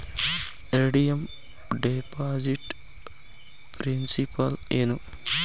redeem deposit principal ಏನು